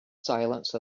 silence